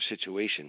situation –